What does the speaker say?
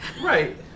Right